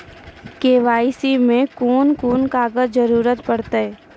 KYC मे कून कून कागजक जरूरत परतै?